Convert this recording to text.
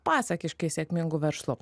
pasakiškai sėkmingu verslu